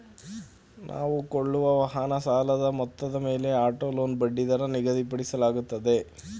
ನಾವು ಕೊಳ್ಳುವ ವಾಹನದ ಸಾಲದ ಮೊತ್ತದ ಮೇಲೆ ಆಟೋ ಲೋನ್ ಬಡ್ಡಿದರ ನಿಗದಿಪಡಿಸಲಾಗುತ್ತದೆ